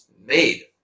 made